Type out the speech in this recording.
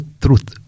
truth